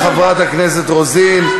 תודה רבה, חברת הכנסת רוזין.